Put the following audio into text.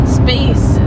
space